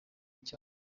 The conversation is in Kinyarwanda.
cyane